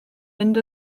mynd